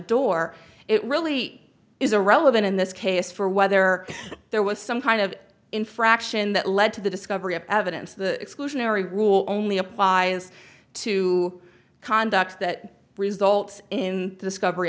door it really is irrelevant in this case for whether there was some kind of infraction that led to the discovery of evidence the exclusionary rule only applies to conduct that results in discovery